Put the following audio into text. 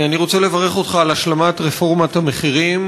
אני רוצה לברך אותך על השלמת רפורמת המחירים,